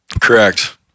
correct